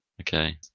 Okay